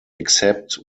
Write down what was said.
except